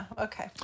okay